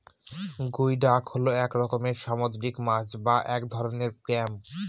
গুই ডাক হল এক রকমের সামুদ্রিক মাছ বা এক ধরনের ক্ল্যাম